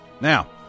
Now